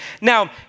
Now